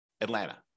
Atlanta